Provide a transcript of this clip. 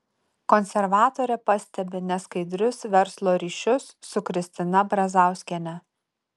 konservatorė pastebi neskaidrius verslo ryšius su kristina brazauskiene